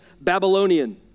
Babylonian